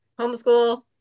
homeschool